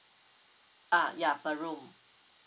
ah ya per room